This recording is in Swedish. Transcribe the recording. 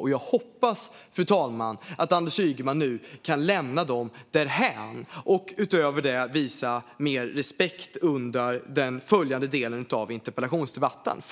Och jag hoppas, fru talman, att Anders Ygeman nu kan lämna dem därhän och därutöver visa mer respekt under den följande delen av interpellationsdebatten.